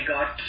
God